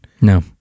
No